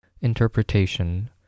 Interpretation